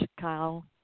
Kyle